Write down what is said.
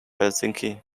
helsinki